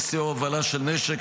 נשיאה או הובלה של נשק,